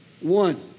One